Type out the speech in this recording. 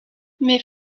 mais